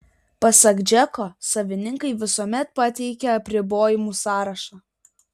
pasak džeko savininkai visuomet pateikia apribojimų sąrašą